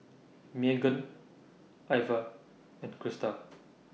Meagan Iva and Crista